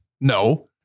No